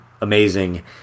amazing